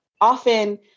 often